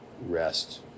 rest